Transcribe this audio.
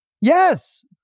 Yes